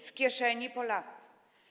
Z kieszeni Polaków.